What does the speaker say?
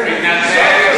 מתנצל, מתנצל.